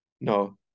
no